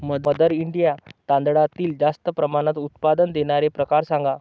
mother India तांदळातील जास्त प्रमाणात उत्पादन देणारे प्रकार सांगा